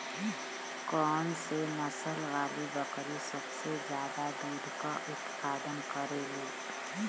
कौन से नसल वाली बकरी सबसे ज्यादा दूध क उतपादन करेली?